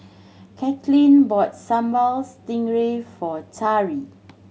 Katelyn bought Sambal Stingray for Tari